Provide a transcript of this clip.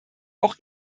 auch